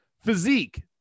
Physique